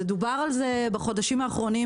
ודובר על זה כמה פעמים בחודשים האחרונים.